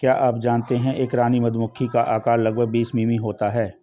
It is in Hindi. क्या आप जानते है एक रानी मधुमक्खी का आकार लगभग बीस मिमी होता है?